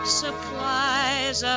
supplies